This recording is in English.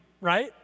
right